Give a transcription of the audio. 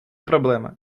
проблема